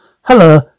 Hello